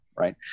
Right